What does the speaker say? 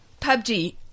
PUBG